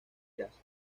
eras